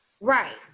right